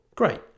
Great